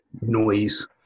noise